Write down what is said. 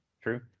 true